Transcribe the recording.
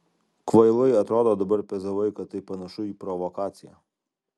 kvailai atrodo dabar pezalai kad tai panašu į provokaciją